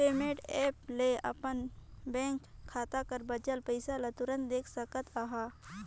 payment app ले अपन bank खाता कर बांचल पइसा ल तुरते देख सकत अहस